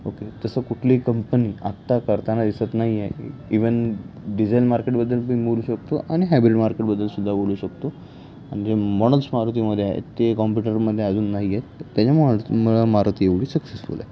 okay तसं कुठली company आत्ता करताना दिसत नाही आहे इव्हन डिझेल मार्केटबद्दल पण बोलू शकतो आणि हायब्रीड मार्केटबद्दल सुद्धा बोलू शकतो आणि जे मॉडल्स मारुतीमध्ये आहेत ते कॉम्प्युटरमध्ये अजून नाही आहेत त्याच्या मुळे मारुती एवढी सक्सेसफुल आहे